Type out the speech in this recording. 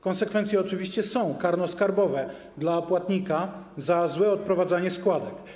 Konsekwencje oczywiście są - karno-skarbowe, dla płatnika za złe odprowadzanie składek.